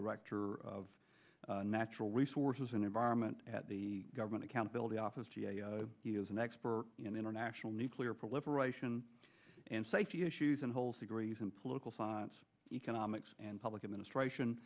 director of natural resources and environment at the government accountability office g a he is an expert in international nuclear proliferation and safety issues and holds the graves in political science economics and public administration